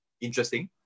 Interesting